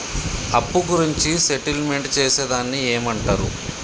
అప్పు గురించి సెటిల్మెంట్ చేసేదాన్ని ఏమంటరు?